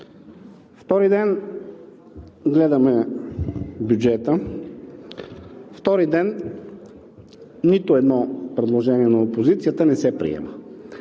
Втори ден гледаме бюджета, втори ден нито едно предложение на опозицията не се приема.